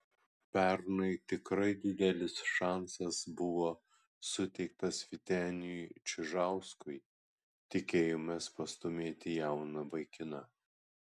pernai tikrai didelis šansas buvo suteiktas vyteniui čižauskui tikėjomės pastūmėti jauną vaikiną